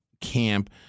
camp